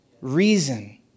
reason